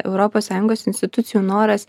europos sąjungos institucijų noras